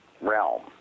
realm